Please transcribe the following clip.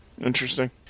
interesting